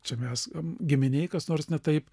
čia mes giminėje kas nors ne taip